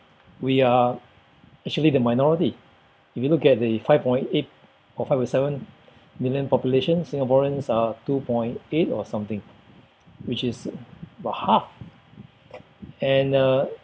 we are actually the minority if you look at the five point eight or five point seven million population singaporeans are two point eight or something which is about half and uh